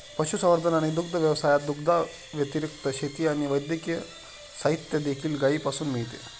पशुसंवर्धन आणि दुग्ध व्यवसायात, दुधाव्यतिरिक्त, शेती आणि वैद्यकीय साहित्य देखील गायीपासून मिळते